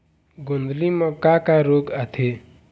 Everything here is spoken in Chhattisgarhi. गोंदली म का का रोग आथे?